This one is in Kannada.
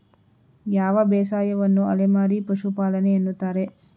ಯಾವ ಬೇಸಾಯವನ್ನು ಅಲೆಮಾರಿ ಪಶುಪಾಲನೆ ಎನ್ನುತ್ತಾರೆ?